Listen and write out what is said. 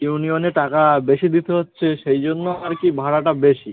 ইউনিয়নে টাকা বেশি দিতে হচ্ছে সেই জন্য আর কি ভাড়াটা বেশি